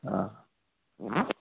آ